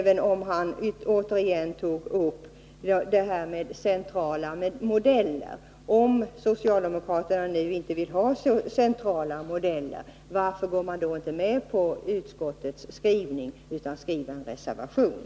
Han tog återigen upp frågan om detta med centrala modeller. Om socialdemokraterna inte vill ha sådana, varför går de då inte med på utskottets skrivning utan avger en reservation?